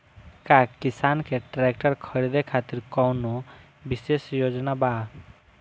का किसान के ट्रैक्टर खरीदें खातिर कउनों विशेष योजना बा?